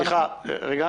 בסדר.